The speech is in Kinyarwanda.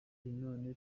none